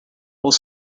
will